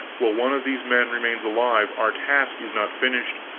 while one of these men remains alive, our task is not finished,